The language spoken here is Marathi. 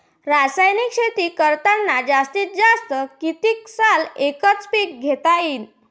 रासायनिक शेती करतांनी जास्तीत जास्त कितीक साल एकच एक पीक घेता येईन?